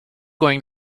going